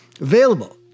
available